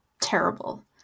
terrible